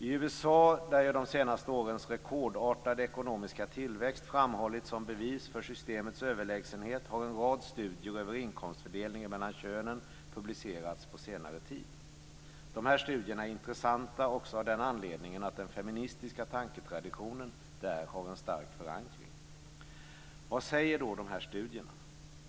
I USA, där ju de senaste årens rekordartade ekonomiska tillväxt framhållits som bevis för systemets överlägsenhet, har en rad studier över inkomstfördelningen mellan könen publicerats på senare tid. Dessa studier är intressanta också av den anledningen att den feministiska tanketraditionen där har en stark förankring. Vad säger då dessa studier?